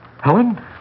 Helen